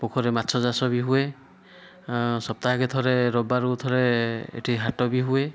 ପୋଖରୀରେ ମାଛ ଚାଷ ବି ହୁଏ ସପ୍ତାହକୁ ଥରେ ରବିବାରକୁ ଥରେ ଏଠି ହାଟ ବି ହୁଏ